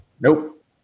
nope